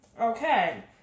Okay